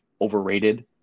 overrated